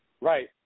Right